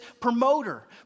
promoter